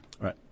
Right